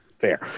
Fair